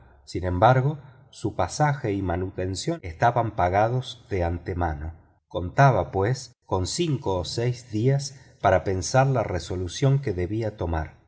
sin embargo su pasaje y manutención estaban pagados de antemano contaba pues con cinco o seis días para pensar la resolución que debía tomar